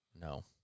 No